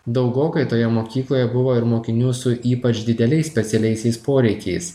daugokai toje mokykloje buvo ir mokinių su ypač dideliais specialiaisiais poreikiais